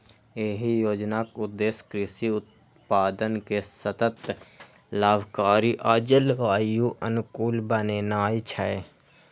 एहि योजनाक उद्देश्य कृषि उत्पादन कें सतत, लाभकारी आ जलवायु अनुकूल बनेनाय छै